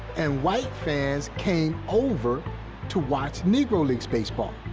and white fans came over to watch negro leagues baseball.